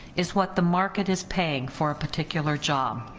is what the market is paying for a particular job.